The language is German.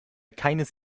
keines